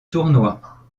tournoi